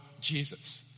Jesus